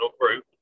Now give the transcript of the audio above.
group